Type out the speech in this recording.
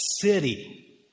city